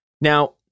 Now